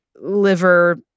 liver